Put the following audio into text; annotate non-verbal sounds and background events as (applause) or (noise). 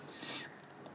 (breath)